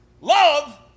love